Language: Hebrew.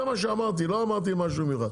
זה מה שאמרתי, לא אמרתי משהו מיוחד.